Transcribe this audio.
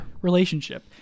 relationship